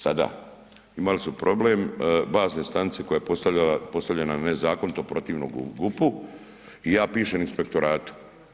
Sada, imali su problem bazne stanice koje je postavljala na nezakonito protivno GUP-u i ja pišem inspektoratu.